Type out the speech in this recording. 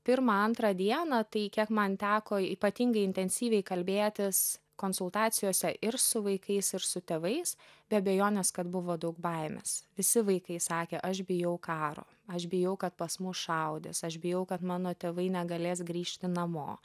pirmą antrą dieną tai kiek man teko ypatingai intensyviai kalbėtis konsultacijose ir su vaikais ir su tėvais be abejonės kad buvo daug baimės visi vaikai sakė aš bijau karo aš bijau kad pas mus šaudys aš bijau kad mano tėvai negalės grįžti namo